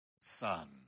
son